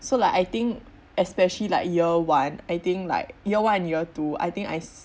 so like I think especially like year one I think like year one and year two I think I